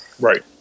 Right